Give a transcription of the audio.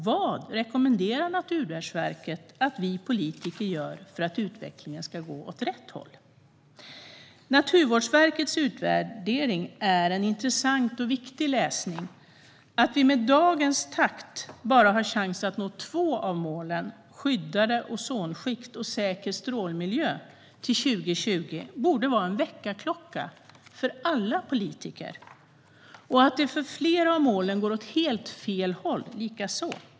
Vad rekommenderar Naturvårdsverket att vi politiker gör för att utvecklingen ska gå åt rätt håll? Naturvårdsverkets utvärdering är intressant och viktig läsning. Att vi med dagens takt bara har chans att nå två av målen - Skyddande ozonskikt och Säker strålmiljö - till 2020 borde vara en väckarklocka för alla politiker, likaså att det för flera av målen går åt helt fel håll.